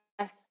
Yes